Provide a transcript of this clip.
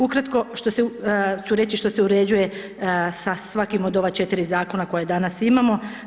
Ukratko što se, ću reći što se uređuje sa svakim od ova 4 zakona koja danas imamo.